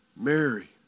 Mary